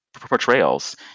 portrayals